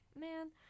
man